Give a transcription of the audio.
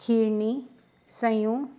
खीरनी सयूं